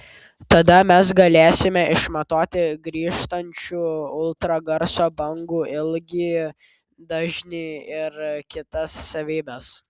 tada mes galėsime išmatuoti grįžtančių ultragarso bangų ilgį dažnį ir kitas savybes